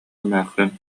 эмээхсин